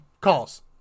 calls